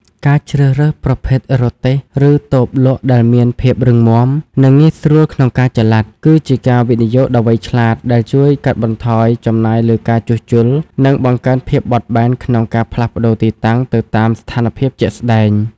ការជ្រើសរើសប្រភេទរទេះ ឬតូបលក់ដែលមានភាពរឹងមាំ និងងាយស្រួលក្នុងការចល័ត គឺជាការវិនិយោគដ៏វៃឆ្លាតដែលជួយកាត់បន្ថយចំណាយលើការជួសជុល និងបង្កើនភាពបត់បែនក្នុងការផ្លាស់ប្តូរទីតាំងទៅតាមស្ថានភាពជាក់ស្ដែង។